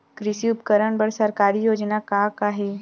कृषि उपकरण बर सरकारी योजना का का हे?